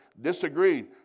disagreed